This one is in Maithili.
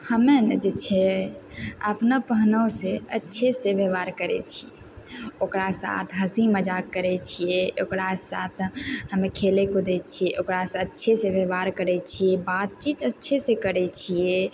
हमे ने जे छै अपना पहुनासँ अच्छे सँ व्यवहार करय छियै ओकरा साथ हँसी मजाक करय छियै ओकरा साथ हमे खेलय कुदय छियै ओकरासँ अच्छेसँ व्यवहार करय छियै बातचीत अच्छेसँ करय छियै